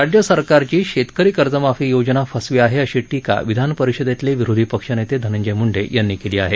राज्य सरकारची शेतकरी कर्जमाफी योजना फसवी आहे अशी टीका विधानपरिषदेतले विरोधी पक्षनेते धनंजय मुंडे यांनी केली आहे